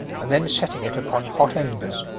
and then setting it upon hot embers.